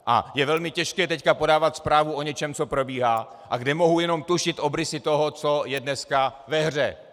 A je velmi těžké teď podávat zprávu o něčem, co probíhá a kde mohu jenom tušit obrysy toho, co je dneska ve hře.